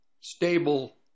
stable